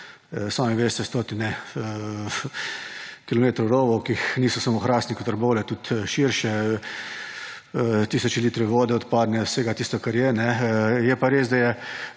Sami veste, stotine kilometrov rovov, ki niso samo Hrastnik in Trbovlje, tudi širše, tisoči litri vode odpadne, vsega tistega, kar je. Je pa res, da je